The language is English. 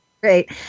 Great